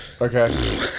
Okay